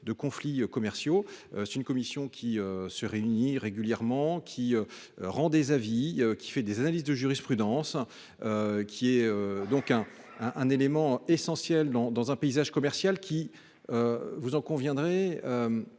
de conflits commerciaux. De fait, cette commission, qui se réunit régulièrement, rend des avis et fait des analyses de jurisprudence, est un élément essentiel dans un paysage commercial qui, on en conviendra,